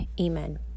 amen